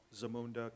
Zamunda